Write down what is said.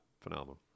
phenomenal